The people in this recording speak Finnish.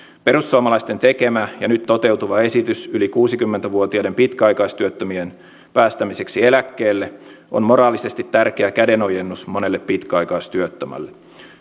perussuomalaisten tekemä ja nyt toteutuva esitys yli kuusikymmentä vuotiaiden pitkäaikaistyöttömien päästämiseksi eläkkeelle on moraalisesti tärkeä kädenojennus monelle pitkäaikaistyöttömälle